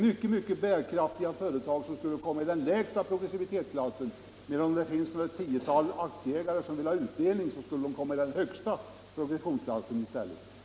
Mycket bärkraftiga företag skulle kunna komma i den lägsta progressivitetsklassen, medan ett tiotal aktieägare som ville ha utdelning Företagsbeskattningen skulle komma i den högsta progressivitetsklassen.